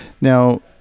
Now